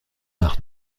nach